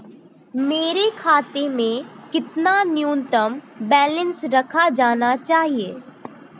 मेरे खाते में कितना न्यूनतम बैलेंस रखा जाना चाहिए?